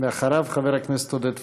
אחריו, חבר הכנסת עודד פורר.